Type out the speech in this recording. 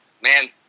man